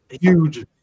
huge